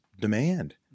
demand